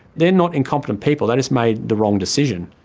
they're not incompetent people, they just made the wrong decision.